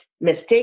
mistake